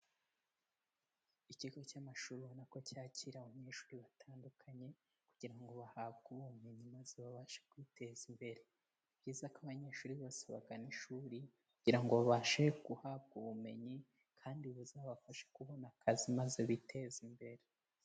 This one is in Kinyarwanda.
Ikigo cy'amashuri ubona ko cyakira abanyeshuri batandukanye kugira ngo bahabwe ubumenyi maze babashe kwiteza imbere, ni byiza ko abanyeshuri bose bagana ishuri kugira ngo babashe guhabwa ubumenyi, kandi buzabafashe kubona akazi maze biteze imbere.